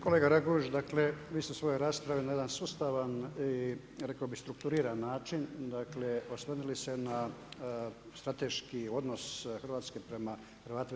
Kolega Raguž, dakle vi ste u svojoj raspravi na jedan sustavan i rekao bih strukturiran način dakle osvrnuli se na strateški odnos Hrvatske prema Hrvatima